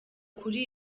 kuri